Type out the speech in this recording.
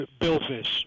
billfish